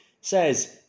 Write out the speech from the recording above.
says